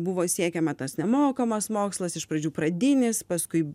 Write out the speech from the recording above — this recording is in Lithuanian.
buvo siekiama tas nemokamas mokslas iš pradžių pradinis paskui